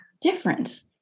different